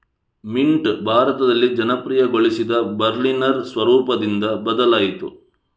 mint ಭಾರತದಲ್ಲಿ ಜನಪ್ರಿಯಗೊಳಿಸಿದ Berliner ಸ್ವರೂಪದಿಂದ ಬದಲಾಯಿತು